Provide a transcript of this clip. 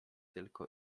tylko